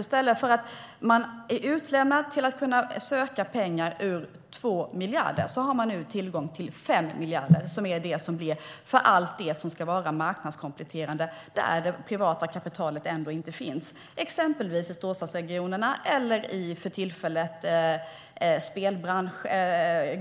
I stället för att man är utlämnad till att söka pengar ur 2 miljarder har man nu tillgång till 5 miljarder för allt det som ska vara marknadskompletterande där det privata kapitalet ändå inte finns. Det finns exempelvis i storstadsregionerna eller för tillfället i